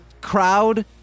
crowd